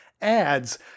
ads